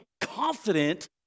confident